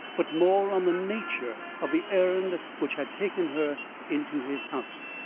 but more on the nature of the errand which had taken her into his house.